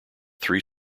three